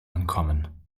ankommen